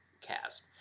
cast